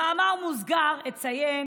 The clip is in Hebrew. במאמר מוסגר אציין